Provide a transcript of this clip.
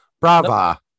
Bravo